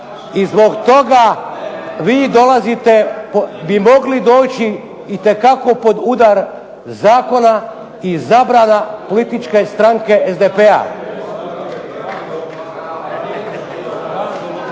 i zbog toga vi dolazite, bi mogli doći itekako pod udar zakona i zabrana političke stranke SDP-a.